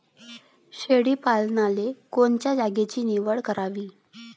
शेळी पालनाले कोनच्या जागेची निवड करावी?